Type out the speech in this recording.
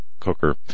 cooker